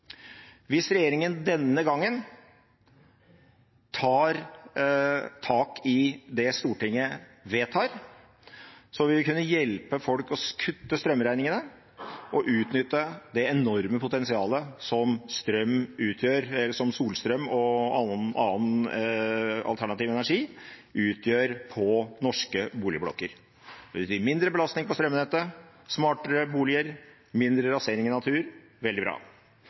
Hvis regjeringen denne gangen tar tak i det Stortinget vedtar, vil vi kunne hjelpe folk til å kutte strømregningene og utnytte det enorme potensialet som solstrøm og annen alternativ energi utgjør på norske boligblokker. Det vil bety mindre belastning på strømnettet, smartere boliger, mindre rasering av natur – veldig bra.